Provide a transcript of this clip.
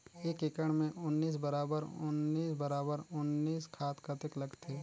एक एकड़ मे उन्नीस बराबर उन्नीस बराबर उन्नीस खाद कतेक लगथे?